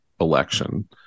election